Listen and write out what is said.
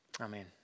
Amen